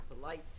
polite